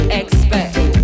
expect